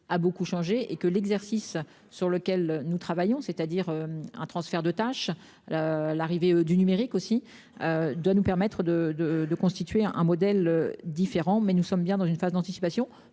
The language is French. a beaucoup changé et que l'exercice sur lequel nous travaillons c'est-à-dire un transfert de tâches. L'arrivée du numérique aussi. Doit nous permettre de de de constituer un modèle différent mais nous sommes bien dans une phase d'anticipation,